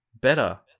better